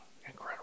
Incredible